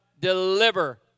deliver